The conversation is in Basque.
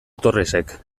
torresek